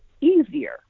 easier